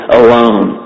alone